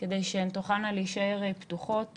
כדי שהן תוכלנה להישאר פתוחות